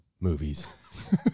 movies